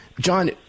John